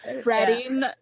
spreading